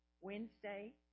Wednesday